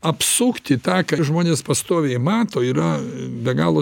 apsukti tą ką žmonės pastoviai mato yra be galo